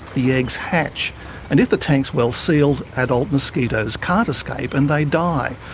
the eggs hatch and if the tank's well sealed, adult mosquitoes can't escape and they die.